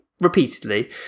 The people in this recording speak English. repeatedly